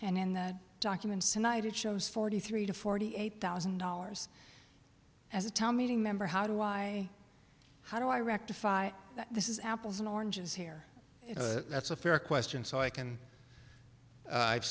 and in the documents tonight it shows forty three to forty eight thousand dollars as a town meeting member how do i how do i rectify that this is apples and oranges here that's a fair question so i can i've